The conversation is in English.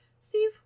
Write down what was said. Steve